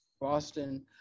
Boston